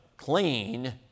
clean